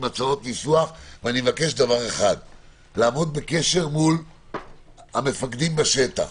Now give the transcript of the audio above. ואני מבקש לעמוד בקשר מול המפקדים בשטח.